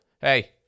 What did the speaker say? hey